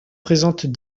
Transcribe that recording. présentent